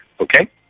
Okay